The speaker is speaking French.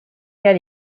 cas